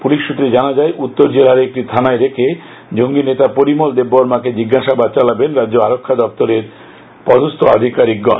police সূত্রে জানা যায় উত্তর জেলার একটি থানায় রেখে জঙ্গি নেতা পরিমল দেববর্মাকে জিজ্ঞাসাবাদ চালাবেন রাজ্য আরক্ষা দপ্তরের পদস্থ আধিকারিকগণ